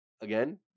Again